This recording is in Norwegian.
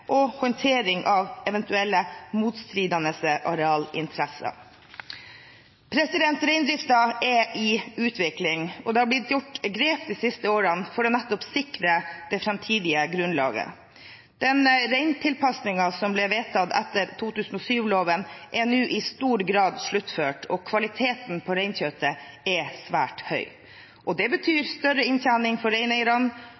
og håndtering av eventuelle motstridende arealinteresser. Reindriften er i utvikling, og det har blitt tatt grep de siste årene for nettopp å sikre det framtidige grunnlaget. Den reintilpasningen som ble vedtatt etter 2007-loven, er nå i stor grad sluttført, og kvaliteten på reinkjøttet er svært høy. Det betyr større inntjening for reineierne og